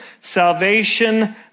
Salvation